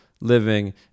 living